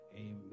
Amen